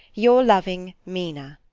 your loving mina.